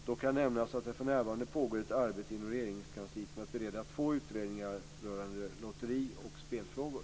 Dock kan nämnas att det för närvarande pågår ett arbete inom Regeringskansliet med att bereda två utredningar rörande lotteri och spelfrågor.